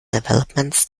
developments